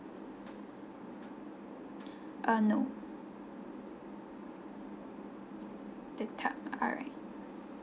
uh no the tub alright